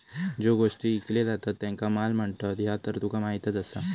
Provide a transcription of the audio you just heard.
ज्यो गोष्टी ईकले जातत त्येंका माल म्हणतत, ह्या तर तुका माहीतच आसा